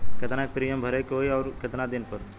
केतना के प्रीमियम भरे के होई और आऊर केतना दिन पर?